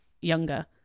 younger